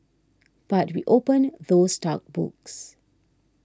but we opened those dark books